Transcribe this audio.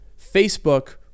Facebook